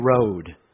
road